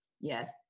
yes